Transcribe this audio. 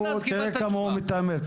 תראה כמה הוא מתאמץ,